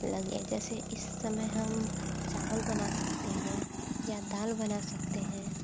लगे जैसे इस समय हम चावल बना सकते हैं या दाल बना सकते हैं